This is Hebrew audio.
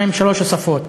מה הן שלוש השפות?